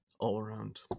all-around